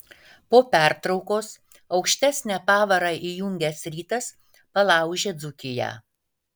po pertraukos aukštesnę pavarą įjungęs rytas palaužė dzūkiją